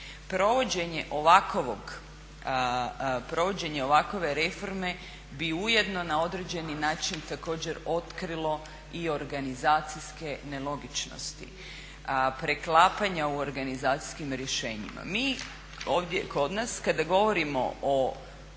provođenje ovakve reforme bi ujedno na određeni način također otkrilo i organizacijske nelogičnosti, preklapanja u organizacijskim rješenjima. Mi ovdje kod nas kada govorimo o